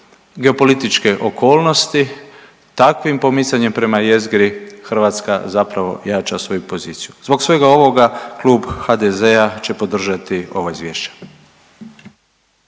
geopolitičke okolnosti, takvim pomicanjem prema jezgri Hrvatska zapravo jača svoju poziciju. Zbog svega ovoga Klub HDZ-a će podržati ova izvješća.